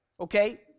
okay